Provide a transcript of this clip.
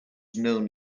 known